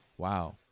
Wow